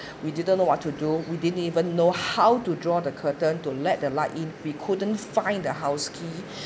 we didn't know what to do we didn't even know how to draw the curtain to let the light in we couldn't find the house key